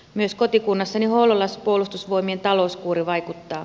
myös kotikunnassani hollolassa puolustusvoimien talouskuuri vaikuttaa